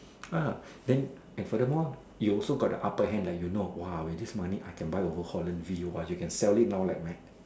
ah then and furthermore you also got the upper hand like you know !wah! with this money I can now buy over Holland V !wah! you can sell it now like mad